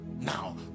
now